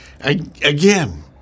Again